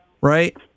right